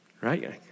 right